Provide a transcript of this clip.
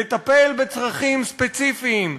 לטפל בצרכים ספציפיים,